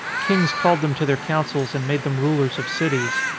kings called them to their coun cils and made them rulers of cities.